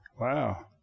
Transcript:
Wow